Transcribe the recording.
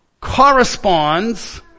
corresponds